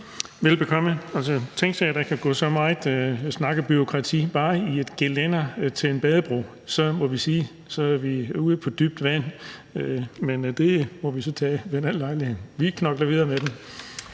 Velbekomme. Og tænk, at der kan gå så meget snak og bureaukrati bare i et gelænder til en badebro. Så må vi sige, at vi er ude på dybt vand – men det må vi så tage ved en anden lejlighed, vi knokler videre med det.